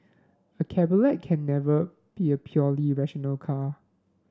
a cabriolet can never be a purely rational car